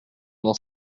dans